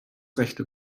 rechte